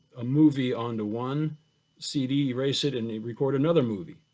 a movie onto one cd, erase it and record another movie,